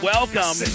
Welcome